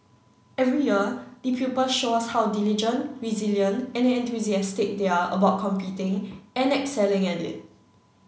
every year the pupils show us how diligent resilient and enthusiastic they are about competing and excelling at it